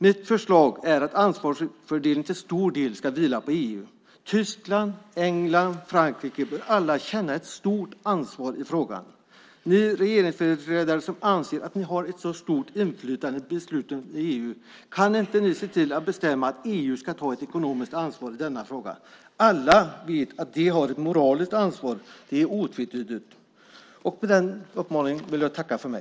Mitt förslag är att ansvarsfördelningen till stor del ska vila på EU. Tyskland, England och Frankrike bör alla känna ett stort ansvar i frågan. Ni regeringsföreträdare som anser att ni har ett så stort inflytande över besluten i EU - kan inte ni se till att bestämma att EU ska ta ett ekonomiskt ansvar i denna fråga? Alla vet att de har ett moraliskt ansvar; det är otvetydigt. Med den uppmaningen vill jag tacka för mig.